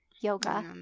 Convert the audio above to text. yoga